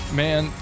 man